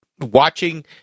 watching